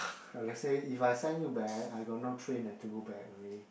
uh let's say if I send you back I got no train eh to go back already